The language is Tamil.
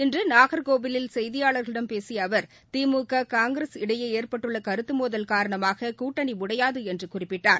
இன்று நாகர்கோவிலில் செய்தியாளர்களிடம் பேசிய அவர் திமுக காங்கிரஸ் இடையே ஏற்பட்டுள்ள கருத்து மோதல் காரணமாக கூட்டணி உடையாது என்று குறிப்பிட்டார்